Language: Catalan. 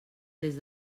des